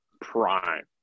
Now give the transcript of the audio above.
prime